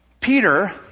Peter